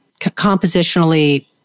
compositionally